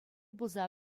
пулса